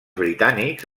britànics